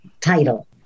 title